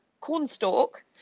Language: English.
Cornstalk